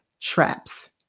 traps